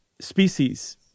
species